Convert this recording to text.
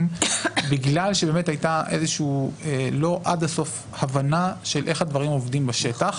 בגלל שבאמת הייתה הבנה לא עד הסוף של איך הדברים עובדים בשטח,